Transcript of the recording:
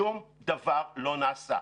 שום דבר לא נעשה.